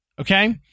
okay